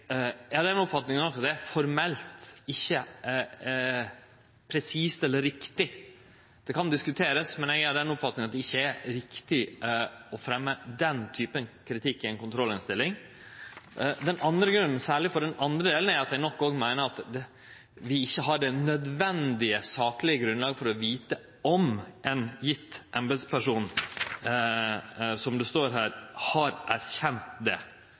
av den oppfatning at det formelt sett ikkje er presist, eller riktig. Det kan diskuterast, men eg er av den oppfatning at det ikkje er riktig å fremje den typen kritikk i ei kontrollinnstilling. Den andre grunnen, særleg for den andre delen, er at eg nok òg meiner at vi ikkje har det nødvendige saklege grunnlaget for å vite om ein gitt embetsperson har, som det står her, «erkjent» det.